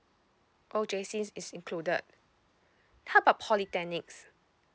oh J_Cs is included how about polytechnics